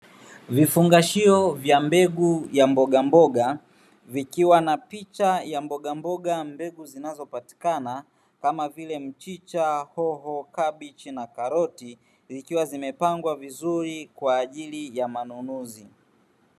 Vifungashio vya mbegu ya mbogamboga, vikiwa na picha ya mbogamboga, mbegu zinazopatikana kama vile: mchicha, hoho, kabichi na karoti zikiwa zimepangwa vizuri kwaajili ya manunuzi.